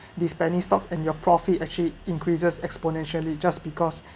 the penny stocks and your profit actually increases exponentially just because